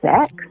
sex